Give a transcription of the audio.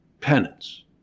penance